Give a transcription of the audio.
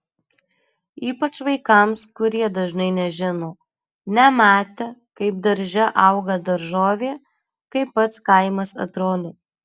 ypač vaikams kurie dažnai nežino nematę kaip darže auga daržovė kaip pats kaimas atrodo